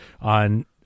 on-